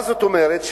מה זאת אומרת?